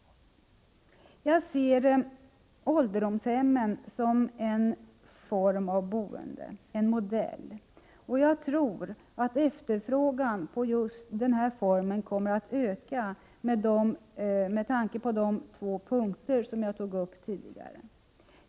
Jag ser ålderdomshemmen som en form av boende, en modell. Och jag tror att efterfrågan på just denna form kommer att öka med tanke på de två punkter jag tog upp tidigare.